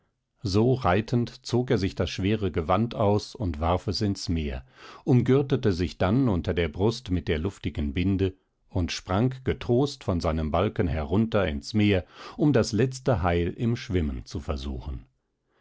so reitend zog er sich das schwere gewand aus und warf es ins meer umgürtete sich dann unter der brust mit der luftigen binde und sprang getrost von seinem balken herunter ins meer um das letzte heil im schwimmen zu versuchen